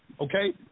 Okay